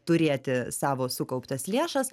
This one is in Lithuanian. turėti savo sukauptas lėšas